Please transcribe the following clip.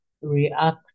react